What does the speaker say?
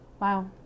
Wow